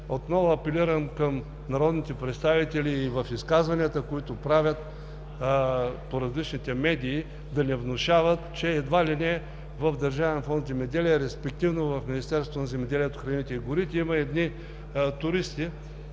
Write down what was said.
Отново апелирам към народните представители – и в изказванията, които правят по различните медии, да не внушават, че едва ли не в Държавен фонд „Земеделие“, респективно в Министерството на земеделието, храните и горите, има едни туристи,